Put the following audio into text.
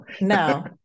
no